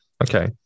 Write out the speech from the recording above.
Okay